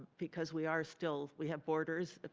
because we are still, we have orders,